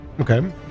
okay